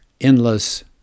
endless